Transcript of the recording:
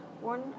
one